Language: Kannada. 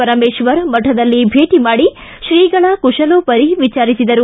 ಪರಮೇಶ್ವರ್ ಮಠದಲ್ಲಿ ಭೇಟಿ ಮಾಡಿ ಶ್ರೀಗಳ ಕುಶಲೋಪರಿ ವಿಚಾರಿಸಿದರು